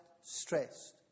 stressed